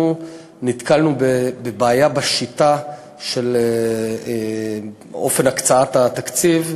אנחנו נתקלנו בבעיה בשיטה של אופן הקצאת התקציב,